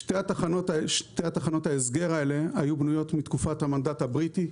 שתי תחנות שתי התחנות ההסגר האלה היו בנויות מתקופת המנדט הבריטי,